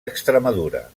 extremadura